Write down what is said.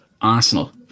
Arsenal